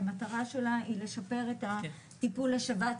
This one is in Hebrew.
שהמטרה שלה היא לשפר את הטיפול לשבץ